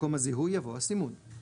במקום "הזיהוי" יבוא "הסימון";